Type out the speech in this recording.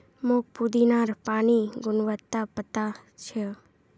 मोक पुदीनार पानिर गुणवत्ता पता छ